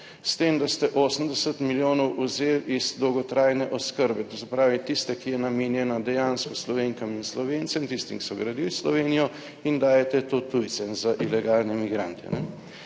s tem, da ste 80 milijonov vzeli iz dolgotrajne oskrbe, to se pravi tiste, ki je namenjena dejansko Slovenkam in Slovencem, tistim, ki so gradili Slovenijo in dajete to tujcem za ilegalne migrante.